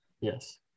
yes